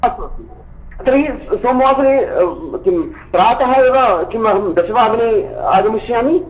अस्तु अस्तु तर्हि सोमवासरे किं प्रातः एव किम् अहं दशवादने आगमिष्यामि